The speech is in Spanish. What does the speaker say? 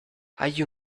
hay